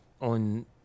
on